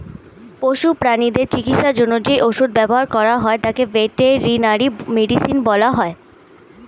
পশু প্রানীদের চিকিৎসার জন্য যে ওষুধ ব্যবহার করা হয় তাকে ভেটেরিনারি মেডিসিন বলা হয়